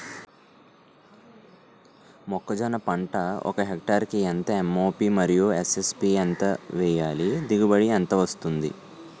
మొక్కజొన్న పంట ఒక హెక్టార్ కి ఎంత ఎం.ఓ.పి మరియు ఎస్.ఎస్.పి ఎంత వేయాలి? దిగుబడి ఎంత వస్తుంది?